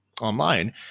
online